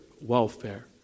welfare